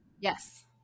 Yes